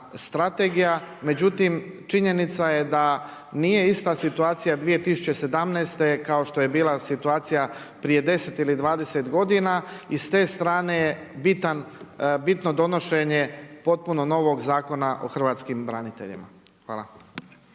strategija, međutim, činjenica je da nije ista situacija 2017. kao što je bila situacija prije 10 ili 20 godina i s te strane je bitno donošenje potpuno novog zakona o hrvatskim braniteljima. Hvala.